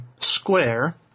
square